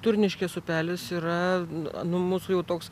turniškės upelis yra nu mūsų jau toks